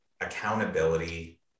accountability